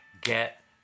get